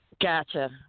Gotcha